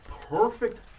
perfect